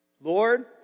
Lord